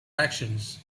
actions